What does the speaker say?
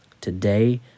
Today